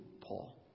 Paul